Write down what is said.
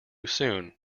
soon